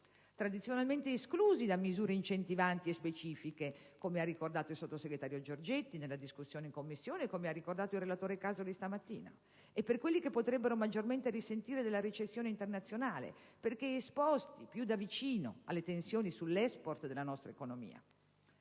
tradizionalmente esclusi da misure incentivanti e specifiche, come ha ricordato il sottosegretario Giorgetti nella discussione in Commissione e come ha ricordato il relatore Casoli stamattina - e per quelli che potrebbero maggiormente risentire della recessione internazionale, perché esposti più da vicino alle tensioni sull'*export* della nostra economia.